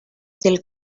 del